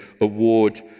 award